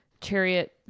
chariot